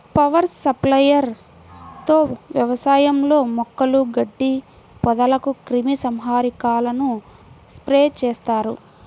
power sprayer తో వ్యవసాయంలో మొక్కలు, గడ్డి, పొదలకు క్రిమి సంహారకాలను స్ప్రే చేస్తారు